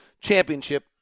championship